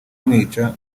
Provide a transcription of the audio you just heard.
amwica